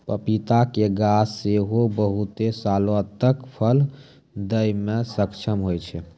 पपीता के गाछ सेहो बहुते सालो तक फल दै मे सक्षम होय छै